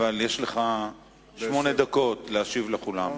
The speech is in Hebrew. ויש לך שמונה דקות להשיב לכולם.